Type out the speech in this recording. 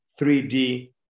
3d